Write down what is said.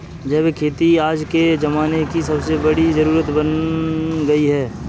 जैविक खेती आज के ज़माने की सबसे बड़ी जरुरत बन गयी है